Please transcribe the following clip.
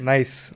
Nice